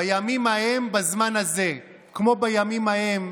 בימים ההם בזמן הזה, כמו בימים ההם,